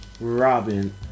Robin